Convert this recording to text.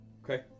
Okay